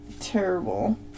terrible